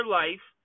life